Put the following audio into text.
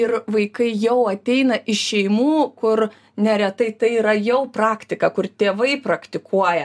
ir vaikai jau ateina iš šeimų kur neretai tai yra jau praktika kur tėvai praktikuoja